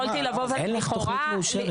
אין לך תוכנית מאושרת.